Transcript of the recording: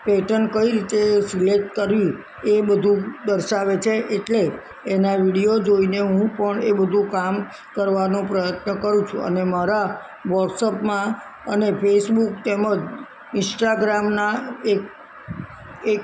pattern કઈ રીતે select કરવી એ બધું દર્શાવે છે એટલે એના વિડિયો જોઈને હું પણ એ બધું કામ કરવાનો પ્રયત્ન કરું છું અને મારા વોટસપમાં અને ફેસબુક તેમજ ઇંસ્ટાગ્રામના એક એક